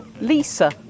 Lisa